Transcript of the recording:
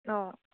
অঁ